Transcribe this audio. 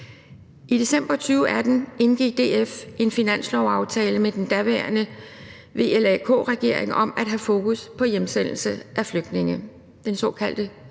I december 2018 indgik DF en finanslovsaftale med den daværende VLAK-regering om at have fokus på hjemsendelse af flygtninge, den såkaldte